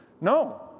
No